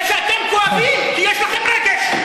זה שאתם כואבים, כי יש לכם רגש.